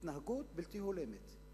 התנהגות בלתי הולמת.